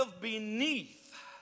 beneath